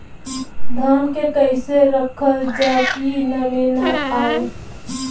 धान के कइसे रखल जाकि नमी न आए?